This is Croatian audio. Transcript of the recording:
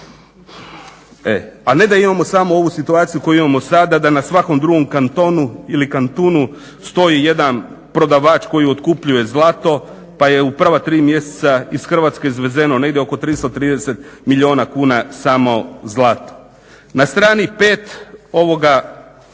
a ne da imamo samo ovu situaciju koju imamo sada da na svakom drugom kantonu ili kantunu stoji jedan prodavač koji otkupljuje zlato pa je u prva tri mjeseca iz Hrvatske izvezeno negdje oko 330 milijuna kuna samo zlata. Na strani pet ovoga